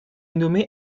nommée